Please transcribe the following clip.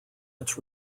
its